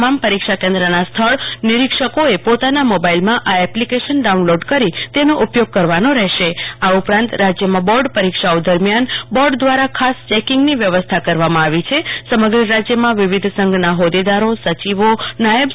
તમામ પરીક્ષા કેન્દ્રના સ્થળ નિરીક્ષકોએ પોતાના મોબાઈલમાં આ એપ્લિકેશન ડાઉનલોડ કરી તેનો ઉપયોગ કરવાનો રહેશે આ ઉપરાંત રાજ્યમાં બોર્ડ પરીક્ષાઓ દરમ્યાન બોર્ડ દ્રારા ખાસ ચેકીંગની વ્યવસ્થા કરવામાં આવી સમગ્ર રાજયમાં વિવિધ સંઘના હોદેદારો સચિવોનાયબ છિ